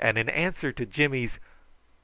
and in answer to jimmy's